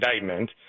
indictment